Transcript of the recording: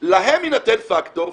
להם יינתן פקטור,